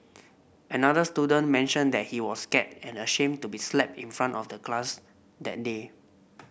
another student mentioned that he was scared and ashamed to be slapped in front of the glass that day